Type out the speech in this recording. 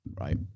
Right